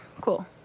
Cool